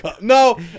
No